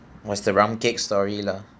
was the round cake story lah